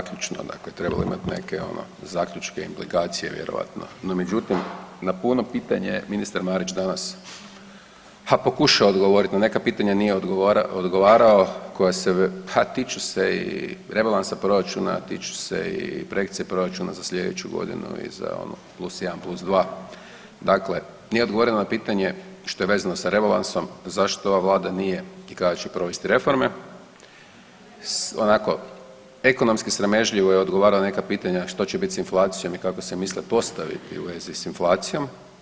Zaključno treba imati ono neke zaključke, implikacije vjerovatno, no međutim na puno pitanja je ministar Marić danas, ha, pokušao odgovoriti, na neka pitanja nije odgovarao, koja se, ha, tiču se i rebalansa proračuna, tiču se i projekcije proračuna za sljedeću godinu i za ono plus 1, plus 2. Dakle, nije odgovoreno na pitanje što je vezano sa rebalansom, zašto ova Vlada nije i kada će provesti reforme, onako, ekonomski sramežljivo je odgovarao na neka pitanja, što će biti s inflacijom i kako se misle postaviti u vezi s inflacijom.